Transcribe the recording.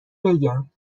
بگم